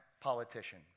politician